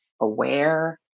aware